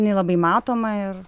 jinai labai matoma ir